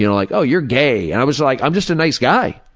you know like, oh you're gay. i was like, i'm just a nice guy.